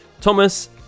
Thomas